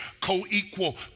co-equal